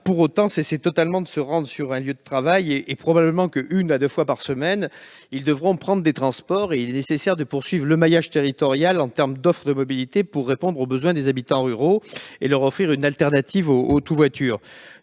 pour autant cesser totalement de se rendre sur un lieu de travail. Probablement, une ou deux fois par semaine, ils devront prendre des transports ; il est donc nécessaire de poursuivre le maillage territorial en matière d'offre de mobilité, de manière à répondre aux besoins des habitants ruraux et à leur offrir une alternative au tout-voiture.